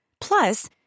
Plus